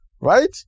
Right